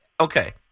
okay